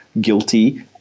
guilty